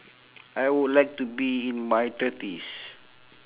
I would like to be in my thirties